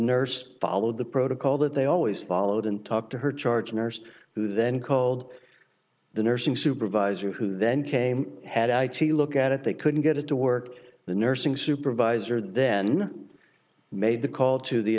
nurse followed the protocol that they always followed and talked to her charge nurse who then called the nursing supervisor who then came had a look at it they couldn't get it to work the nursing supervisor then made the call to the